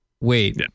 Wait